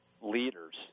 leaders